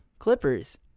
Clippers